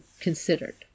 considered